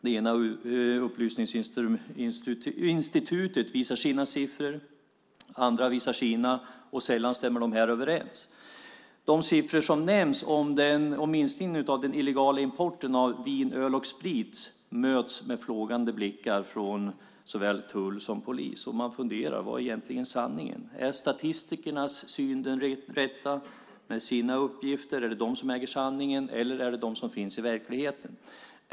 Det ena upplysningsinstitutet visar sina siffror, andra visar sina, och sällan stämmer de överens. De siffror som nämns om minskningen av den illegala importen av vin, öl och sprit möts med frågande blickar från såväl tull som polis. Man undrar vad som egentligen är sanningen. Är statistikernas syn den rätta med sina uppgifter? Är det de som äger sanningen? Eller är det de som finns i verkligheten?